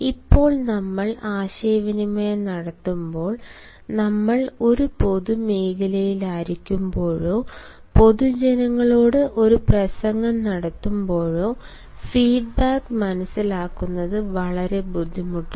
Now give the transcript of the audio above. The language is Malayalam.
ഇപ്പോൾ നമ്മൾ ആശയവിനിമയം നടത്തുമ്പോൾ നമ്മൾ ഒരു പൊതുമേഖലയിലായിരിക്കുമ്പോഴോ പൊതുജനങ്ങളോട് ഒരു പ്രസംഗം നടത്തുമ്പോഴോ ഫീഡ്ബാക്ക് മനസ്സിലാക്കുന്നത് വളരെ ബുദ്ധിമുട്ടാണ്